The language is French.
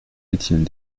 étienne